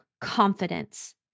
confidence